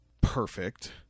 perfect